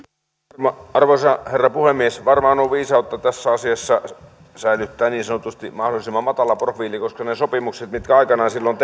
arvoisa herra puhemies varmaan on viisautta tässä asiassa säilyttää niin sanotusti mahdollisimman matala profiili koska ne sopimukset mitkä silloin aikanaan